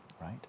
right